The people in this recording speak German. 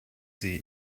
sie